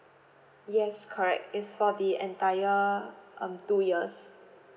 yes correct it's for the entire um two years